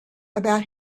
about